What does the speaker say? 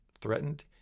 threatened